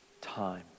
time